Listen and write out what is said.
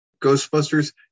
ghostbusters